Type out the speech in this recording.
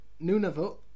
Nunavut